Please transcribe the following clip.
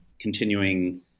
continuing